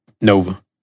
Nova